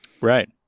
right